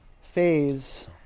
phase